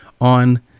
on